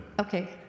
Okay